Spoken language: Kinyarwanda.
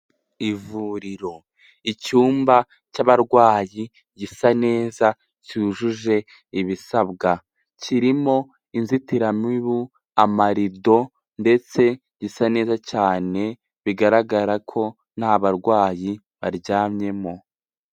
Ivuriro icyumba cy'abarwayi gisa neza cyujuje ibisabwa, kirimo inzitiramibu amarido ndetse gisa neza cyane, bigaragara ko nta barwayi baryamyemo.